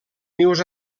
nius